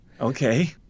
Okay